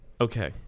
Okay